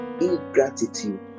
ingratitude